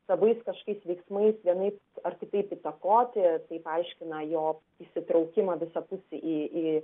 savais kažkokiais veiksmais vienaip ar kitaip įtakoti tai paaiškina jo įsitraukimą visapusį į į